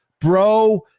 bro